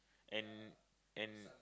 and and